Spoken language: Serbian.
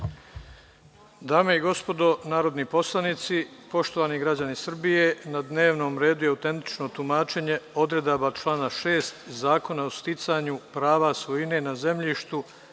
Dame i gospodo narodni poslanici, poštovani građani Srbije, na dnevnom redu je autentično tumačenje odredbi člana 6. Zakona o sticanju prava svojine na zemljištu,